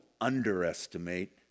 underestimate